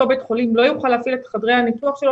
אותו בית החולים לא יוכל להפעיל את חדרי הניתוח שלו